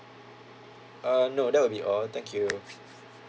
uh no that will be all thank you